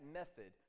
method